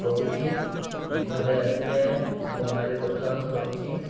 ହେଉଛି ଘରେ ଆସିଲେ ବଙ୍ଗାଳୀ କଥା ହେଉଛି